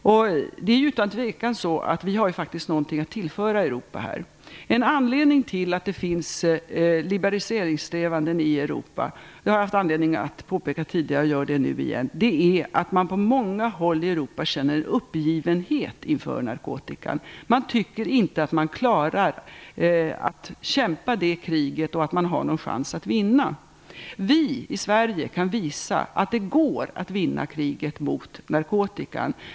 Här har vi utan tvekan något att tillföra En anledning till att det finns liberaliseringssträvanden i Europa - något som jag haft anledning att påpeka tidigare, och jag gör det nu igen - är att man på många håll i Europa känner en uppgivenhet inför narkotikan. Man tycker att man inte klarar att utkämpa kriget och att man inte har någon chans att vinna det. Vi i Sverige kan visa att det går att vinna kriget mot narkotikan.